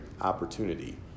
opportunity